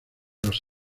los